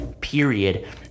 period